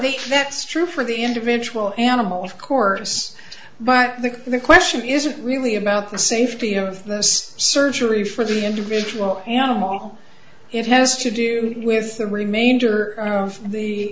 the that's true for the individual animal of course but the question isn't really about the safety of those surgery for the individual animal it has to do with the remainder of the